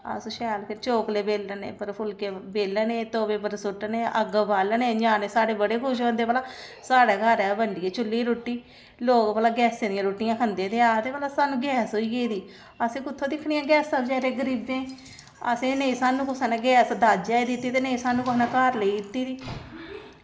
अस शैल करी चोकले बेलने पर फुलके बेलने तवे पर सुट्टने अग्ग बाल्लने ञ्याणे साढ़े बड़े खुश होंदे भला साढ़े घर गै बनदी ऐ चुल्ली दी रुट्टी लोग भला गैसें दियां रुट्टियां खंदे ते आक्खदे भला सानूं गैस होई गेदी असें कुत्थूं दिक्खनियां गैसां बचैरें गरीबें ते असेंगी ना सानूं कुसै ने दाजै च दित्ती दी ते ना कुसै ने घर लेई दित्ती दी